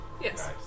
Yes